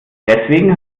deswegen